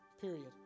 period